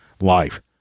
life